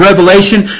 Revelation